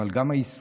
אבל גם הישראלית